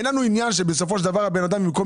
אין לנו עניין שבסופו של דבר הבן אדם שכבר מכור